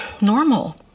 normal